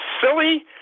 silly